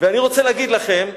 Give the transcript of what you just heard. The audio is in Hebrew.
ואני רוצה להגיד לכם,